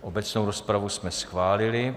Obecnou rozpravu jsme schválili.